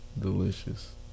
delicious